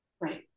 Right